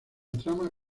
trama